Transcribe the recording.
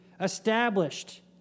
Established